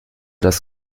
das